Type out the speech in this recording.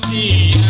e